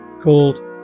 called